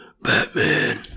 Batman